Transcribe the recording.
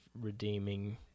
redeeming